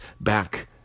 back